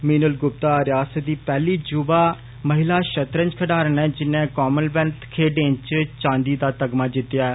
मीनाल गुप्ता रियासत दी पैहली युवा महिला शतरंज खडारन न जिर्ने कामनवेल्थ खेड्ऐं च चादी दा तगमा जित्तेआ ऐ